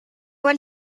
want